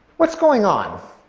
what's going on?